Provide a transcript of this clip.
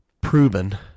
proven